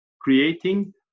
creating